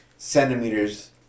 centimeters